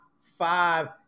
five